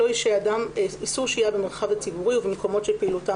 איסור שהייה במרחב הציבורי ובמקומות שפעילותם